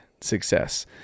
success